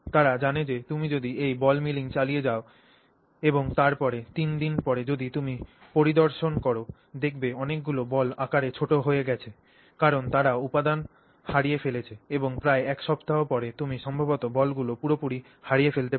তারা জানে যে তুমি যদি এই বল মিলিং চালিয়ে যাও এবং তারপরে 3 দিন পরে যদি তুমি পরিদর্শন কর দেখবে অনেকগুলি বল আকারে ছোট হয়ে গেছে কারণ তারাও উপাদান হারিয়ে ফেলেছে এবং প্রায় 1 সপ্তাহ পরে তুমি সম্ভবত বলগুলি পুরোপুরি হারিয়ে ফেলতে পার